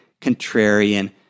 contrarian